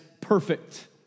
perfect